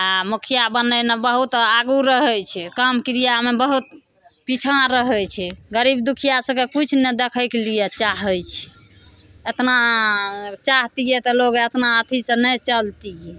आ मुखिया बनेने बहुत आगू रहै छै काम किरियामे बहुत पिछाँ रहै छै गरीब दुखिया सबके किछु नहि देखैके लिए चाहै छै एतना चाहतियै तऽ लोग एतना अथी सँ नहि चलतियै